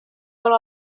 vol